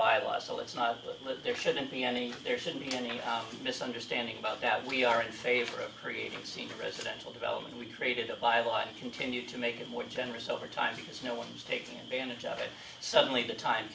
by law so let's not let there shouldn't be any there shouldn't be any misunderstanding about that we are in favor of creating senior residential development we created a bible and continue to make it more generous over time because no one's taking advantage of it suddenly the time